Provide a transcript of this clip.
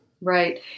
Right